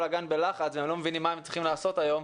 הגן בלחץ והם לא מבינים מה הם צריכים לעשות היום,